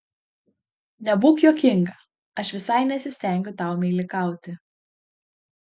nebūk juokinga aš visai nesistengiu tau meilikauti